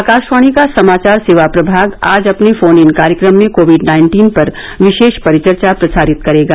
आकाशवाणी का समाचार सेवा प्रभाग आज अपने फोन इन कार्यक्रम में कोविड नाइन्टीन पर विशेष परिचर्चा प्रसारित करेगा